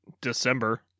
December